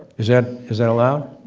is that is that allowed?